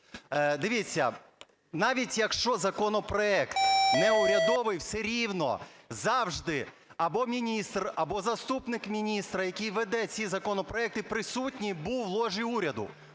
Дивіться, навіть якщо законопроект не урядовий, все рівно завжди або міністр, або заступник міністра, який веде ці законопроекти, присутній був в ложі уряді.